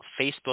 Facebook